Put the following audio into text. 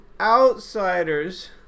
outsiders